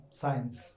science